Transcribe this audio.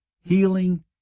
healing